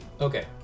Okay